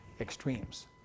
extremes